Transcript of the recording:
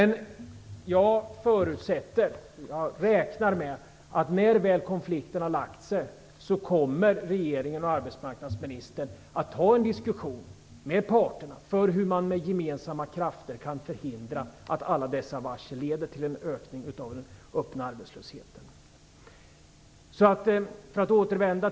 Jag räknar med att när konflikten väl har lagt sig kommer regeringen och arbetsmarknadsministern att ha en diskussion med parterna om hur man med gemensamma krafter kan förhindra att alla varslen leder till en ökning av den öppna arbetslösheten.